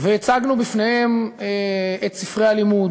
והצגנו בפניהם את ספרי הלימוד